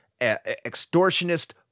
extortionist